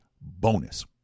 bonus